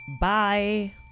Bye